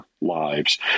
lives